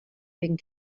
wegen